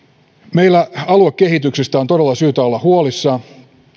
meillä aluekehityksestä on todella syytä olla huolissaan